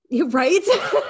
Right